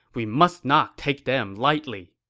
we must not take them lightly.